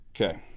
Okay